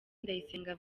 ndayisenga